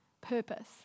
purpose